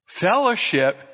Fellowship